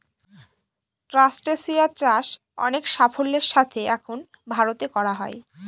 ট্রাস্টেসিয়া চাষ অনেক সাফল্যের সাথে এখন ভারতে করা হয়